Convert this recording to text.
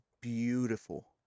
beautiful